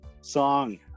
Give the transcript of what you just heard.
song